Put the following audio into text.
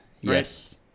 Yes